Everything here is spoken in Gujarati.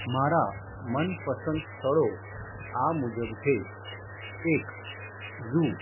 મારા મનપસંદ સ્થળો આ મુજબ છે એક ઝૂ